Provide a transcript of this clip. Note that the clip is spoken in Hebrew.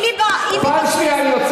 אם היא בכנסת, פעם שנייה.